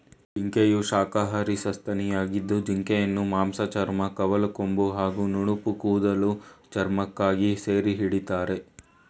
ಜಿಂಕೆಯು ಶಾಖಾಹಾರಿ ಸಸ್ತನಿಯಾಗಿದ್ದು ಜಿಂಕೆಯನ್ನು ಮಾಂಸ ಚರ್ಮ ಕವಲ್ಕೊಂಬು ಹಾಗೂ ನುಣುಪುಕೂದಲ ಚರ್ಮಕ್ಕಾಗಿ ಸೆರೆಹಿಡಿತಾರೆ